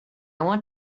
want